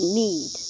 need